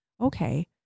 okay